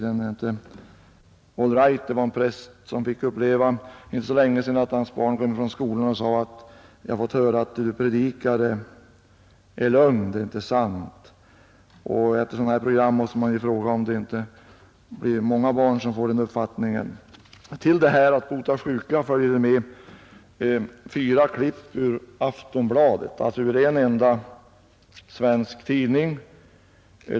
En präst fick för inte så länge sedan uppleva att hans barn kom hem från skolan och sade: ”Vi har fått höra att det du predikar är lögn och osanning.” Efter ett sådant här program måste man fråga om inte många barn får den uppfattningen. Till ”Att bota sjuka” följer det med fyra klipp ur Aftonbladet, alltså ur en enda svensk tidning.